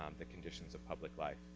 um the conditions of public life.